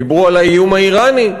דיברו על האיום האיראני,